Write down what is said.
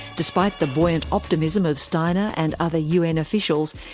despite the buoyant optimism of steiner and other un officials,